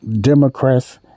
Democrats